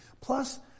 Plus